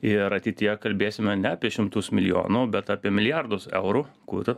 ir ateityje kalbėsime ne apie šimtus milijonų bet apie milijardus eurų kur